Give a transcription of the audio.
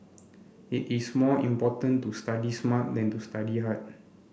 it is more important to study smart than to study hard